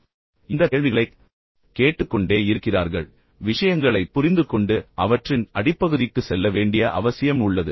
எனவே அவர்கள் இந்த கேள்விகளைக் கேட்டுக்கொண்டே இருக்கிறார்கள் மேலும் விஷயங்களைப் புரிந்துகொண்டு அவற்றின் அடிப்பகுதிக்கு செல்ல வேண்டிய அவசியம் உள்ளது